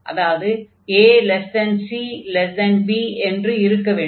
அதாவது acb என்று இருக்க வேண்டும்